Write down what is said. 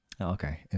Okay